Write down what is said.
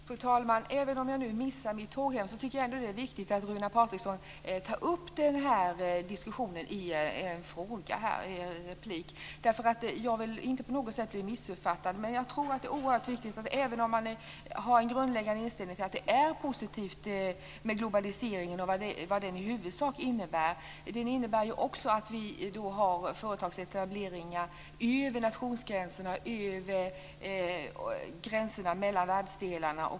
Fru talman! Även om jag nu missar mitt tåg hem tycker jag att det är viktigt att Runar Patriksson tar upp den här diskussionen i en replik. Jag vill inte på något sätt bli missuppfattad. Jag tror att det är oerhört viktigt att tänka på en annan sak även om man har en grundläggande inställning att det är positivt med globaliseringen och vad den i huvudsak innebär. Den innebär också att vi har företagsetableringar över nationsgränserna och över gränserna mellan världsdelarna.